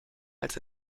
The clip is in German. als